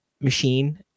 machine